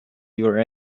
your